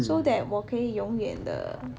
so that 我可以永远地